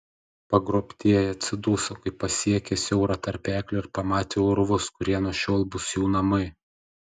pagrobtieji atsiduso kai pasiekė siaurą tarpeklį ir pamatė urvus kurie nuo šiol bus jų namai